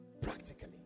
practically